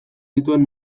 dituen